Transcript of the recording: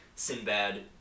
Sinbad